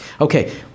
Okay